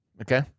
Okay